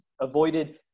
avoided